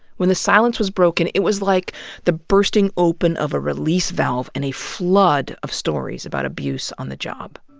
when the silence was broken, it was like the bursting open of a release valve and a flood of stories about abuse on the job.